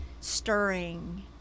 stirring